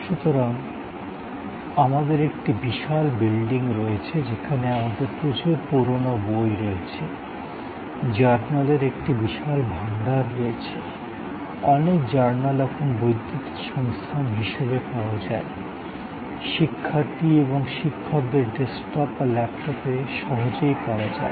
সুতরাং আমাদের একটি বিশাল বিল্ডিং রয়েছে যেখানে আমাদের প্রচুর পুরানো বই রয়েছে জার্নালের একটি বিশাল ভান্ডার রয়েছে অনেক জার্নাল এখন বৈদ্যুতিন সংস্থান হিসাবে পাওয়া যায় শিক্ষার্থী এবং শিক্ষকদের ডেস্কটপ বা ল্যাপটপে সহজেই পাওয়া যায়